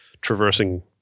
traversing